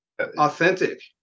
authentic